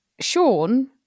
Sean